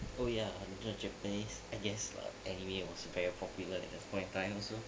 oh ya japanese and yes lah anime was very popular at that point in time also